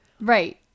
Right